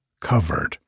covered